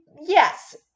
yes